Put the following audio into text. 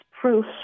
proof